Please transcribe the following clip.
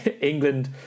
England